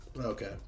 Okay